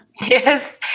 Yes